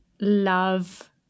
love